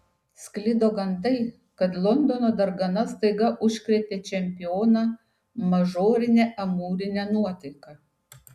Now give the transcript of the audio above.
sklido gandai kad londono dargana staiga užkrėtė čempioną mažorine amūrine nuotaika